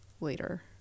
later